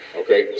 okay